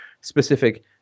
specific